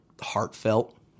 heartfelt